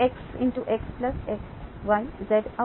అవుతుంది